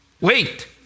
Wait